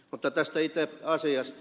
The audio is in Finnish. mutta tästä itse asiasta